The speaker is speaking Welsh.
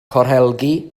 corhelgi